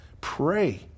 Pray